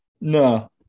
No